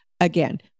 again